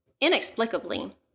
Inexplicably